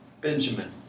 Benjamin